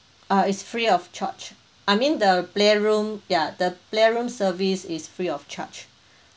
uh is free of charge I mean the playroom ya the playroom service is free of charge